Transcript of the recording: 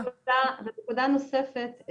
נקודה נוספת,